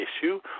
issue